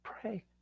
pray